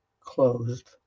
closed